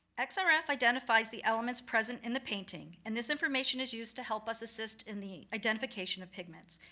and xrf identifies the elements present in the painting, and this information is used to help us assist in the identification of pigments.